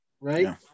right